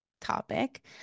topic